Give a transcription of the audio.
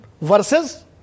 versus